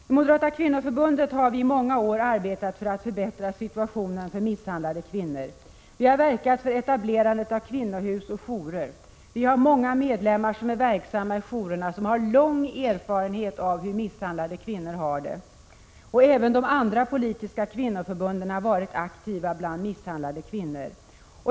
Vi i Moderata kvinnoförbundet har under många år arbetat för att förbättra situationen för misshandlade kvinnor. Vi har verkat för etablerandet av kvinnohus och jourer. Vi har många medlemmar som är verksamma i jourerna och som har lång erfarenhet av hur misshandlade kvinnor har det. Även de andra politiska kvinnoförbunden har varit aktiva för att hjälpa misshandlade kvinnor.